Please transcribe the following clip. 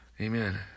amen